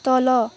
तल